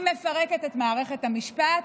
היא מפרקת את מערכת המשפט,